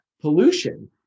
pollution